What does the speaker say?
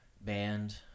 band